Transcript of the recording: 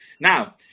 Now